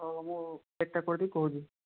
ହଉ ମୁଁ କେତେ ପଢ଼ି କହୁଛି